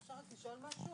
אפשר רק לשאול משהו?